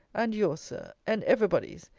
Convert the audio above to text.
and yours, sir, and every body's.